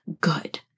good